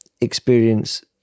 experience